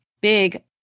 big